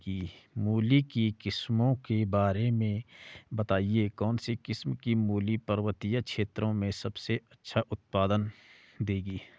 मूली की किस्मों के बारे में बताइये कौन सी किस्म की मूली पर्वतीय क्षेत्रों में सबसे अच्छा उत्पादन देंगी?